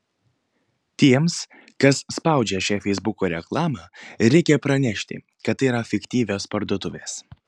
tiems kas spaudžia šią feisbuko reklamą reikia pranešti kad tai yra fiktyvios parduotuvės